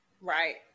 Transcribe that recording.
right